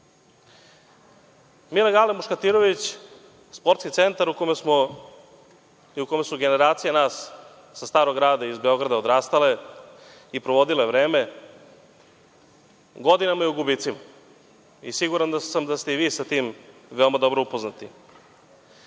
„Milan Gale Muškatirović“. To je sportski centar u kome su generacije nas sa Starog Grada iz Beograda odrastale i provodile vreme, godinama je u gubicima. Siguran sam da ste i vi sa tim veoma dobro upoznati. Ono